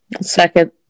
Second